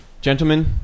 gentlemen